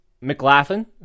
McLaughlin